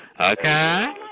Okay